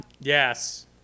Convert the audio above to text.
Yes